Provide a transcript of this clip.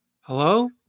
Hello